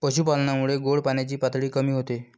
पशुपालनामुळे गोड पाण्याची पातळी कमी होते